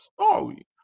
story